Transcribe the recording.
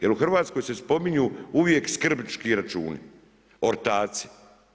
Jer u Hrvatskoj se spominju uvijek skrbnički računi, ortaci.